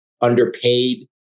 underpaid